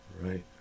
right